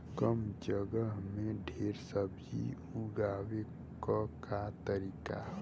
कम जगह में ढेर सब्जी उगावे क का तरीका ह?